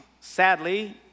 Sadly